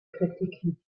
kritiken